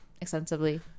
extensively